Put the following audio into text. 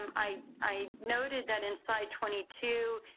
um i i noted that in slide twenty two,